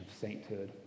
sainthood